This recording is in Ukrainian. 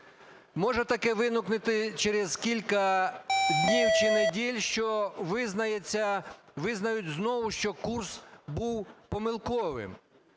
Може таке виникнути через кілька днів чи неділь, що визнають знову, що курс був помилковим.